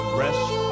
rest